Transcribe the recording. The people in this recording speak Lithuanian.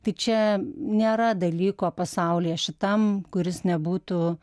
tai čia nėra dalyko pasaulyje šitam kuris nebūtų